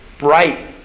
right